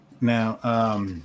Now